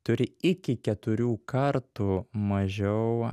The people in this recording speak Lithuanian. turi iki keturių kartų mažiau